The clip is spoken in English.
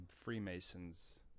Freemasons